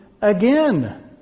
again